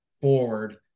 forward